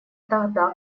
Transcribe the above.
тогда